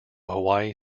hawaii